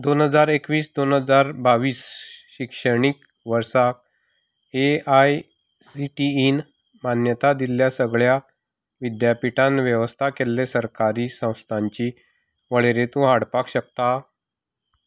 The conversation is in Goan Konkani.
दोन हजार एकवीस दोन हजार बावीस शिक्षणीक वर्सा ए आय सी टी ईन मान्यताय दिल्ल्या सगळ्या विद्यापीठान वेवस्था केल्लें सरकारी संस्थांची वळेरी तूं हाडपाक शकता